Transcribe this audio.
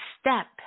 step